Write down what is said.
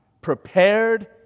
prepared